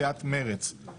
רק בחוץ וביטחון, לא?